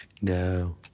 No